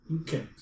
Okay